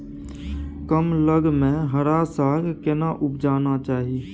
कम लग में हरा साग केना उपजाना चाही?